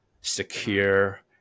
secure